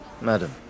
Madam